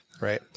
right